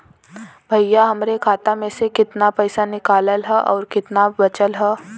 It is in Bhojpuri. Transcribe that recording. भईया हमरे खाता मे से कितना पइसा निकालल ह अउर कितना बचल बा?